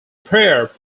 prayer